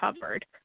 covered